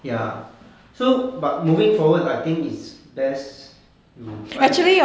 ya so but moving forward I think is there's mm